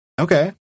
Okay